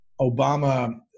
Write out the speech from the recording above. Obama